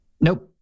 Nope